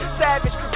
savage